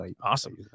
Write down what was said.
Awesome